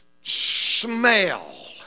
smell